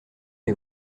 les